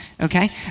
okay